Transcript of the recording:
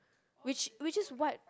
which which is what